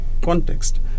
context